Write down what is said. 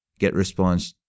GetResponse